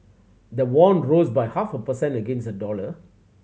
the won rose by half a per cent against the dollar